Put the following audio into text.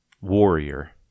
warrior